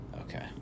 Okay